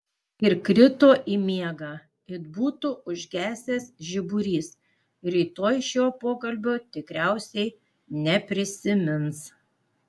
ir krito į miegą it būtų užgesęs žiburys rytoj šio pokalbio tikriausiai neprisimins